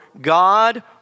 God